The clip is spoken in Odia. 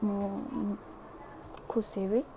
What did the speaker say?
ମୁଁ ଖୁସି ହେବି